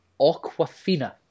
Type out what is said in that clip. Aquafina